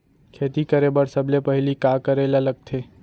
खेती करे बर सबले पहिली का करे ला लगथे?